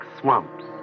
swamps